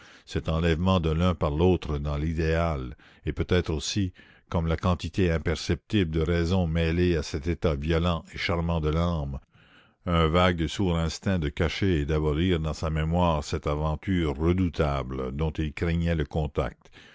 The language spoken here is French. cet enlèvement de l'un par l'autre dans l'idéal et peut-être aussi comme la quantité imperceptible de raison mêlée à cet état violent et charmant de l'âme un vague et sourd instinct de cacher et d'abolir dans sa mémoire cette aventure redoutable dont il craignait le contact